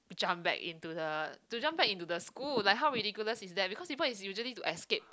jump back into the to jump back into the school like how ridiculous is that because people is usually to escape